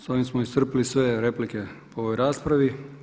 S ovim smo iscrpili sve replike po ovoj raspravi.